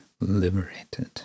liberated